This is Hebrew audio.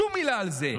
שום מילה על זה.